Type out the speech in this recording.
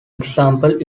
examples